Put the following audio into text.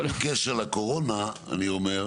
בלי קשר לקורונה, אני אומר,